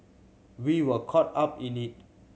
we were caught up in it